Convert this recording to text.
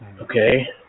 Okay